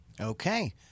Okay